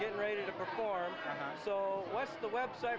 getting ready to perform so what's the website